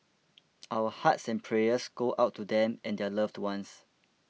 our hearts and prayers go out to them and their loved ones